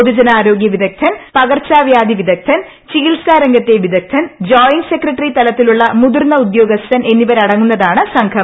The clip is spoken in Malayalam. പൊതുജനാരോഗൃ വിദഗ്ദ്ധൻ പകർച്ചവ്യാധി വിദഗ്ധൻ ചികിത്സാ രംഗത്തെ വിദഗ്ധൻജോയിന്റ് സെക്രട്ടറി തലത്തിലുള്ള മുതിർന്ന ഉദ്യോഗസ്ഥൻ എന്നിവരടങ്ങുന്നതാണ് സംഘം